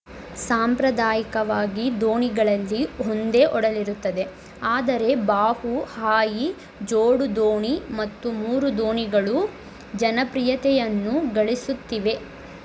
ಸಾಂಪ್ರದಾಯಿಕವಾಗಿ ದೋಣಿಗಳಲ್ಲಿ ಒಂದೇ ಒಡಲಿರುತ್ತದೆ ಆದರೆ ಬಹು ಹಾಯಿ ಜೋಡುದೋಣಿ ಮತ್ತು ಮೂರುದೋಣಿಗಳು ಜನಪ್ರಿಯತೆಯನ್ನು ಗಳಿಸುತ್ತಿವೆ